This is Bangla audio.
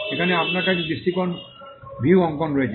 এখানে আপনার কাছে দৃষ্টিকোণ ভিউ অঙ্কন রয়েছে